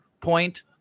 point